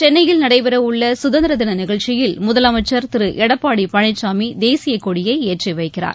சென்னையில் நடைபெற உள்ள சுதந்திர தின நிகழ்ச்சியில் முதலமைச்சர் திரு எடப்பாடி பழனிசாமி தேசியக் கொடியை ஏற்றி வைக்கிறார்